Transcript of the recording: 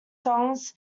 songs